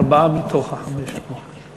ארבעה מתוך החמישה פה.